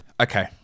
Okay